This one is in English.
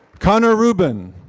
connor rubin.